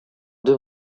deux